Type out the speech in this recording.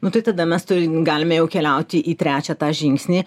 nu tai tada mes turim galime jau keliauti į trečią tą žingsnį